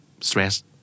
stress